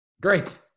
Great